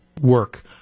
work